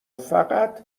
فقط